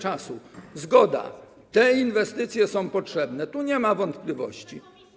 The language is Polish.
Zgoda, te inwestycje są potrzebne, tu nie ma wątpliwości.